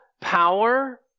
power